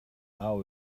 are